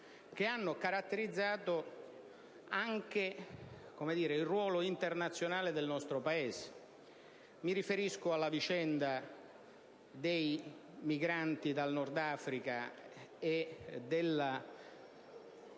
che hanno caratterizzato anche il ruolo internazionale del nostro Paese. Mi riferisco alla vicenda dei migranti dal Nordafrica e del